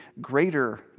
greater